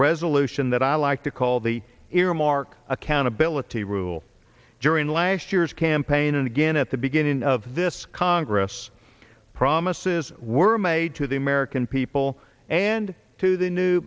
resolution that i i like to call the earmark accountability rule during last year's campaign and again at the beginning of this congress promises were made to the american people and to the new